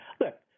Look